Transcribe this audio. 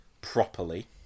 properly